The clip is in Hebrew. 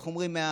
איך אומרים,